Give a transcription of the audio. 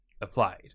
applied